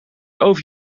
over